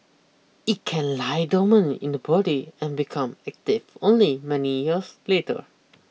it can lie dormant in the body and become active only many years later